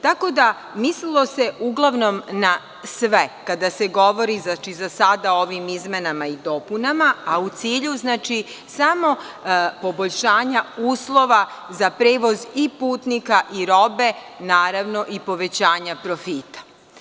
Tako da, mislilo se uglavnom na sve kada se govori o ovim izmenama i dopunama, a u cilju samopoboljšanja uslova za prevoz putnika i robe, a naravno i povećanja profita.